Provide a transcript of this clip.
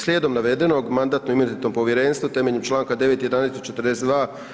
Slijedom navedenog Mandatno-imunitetno povjerenstvo temeljem čl. 9., 11. i 42.